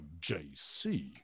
JC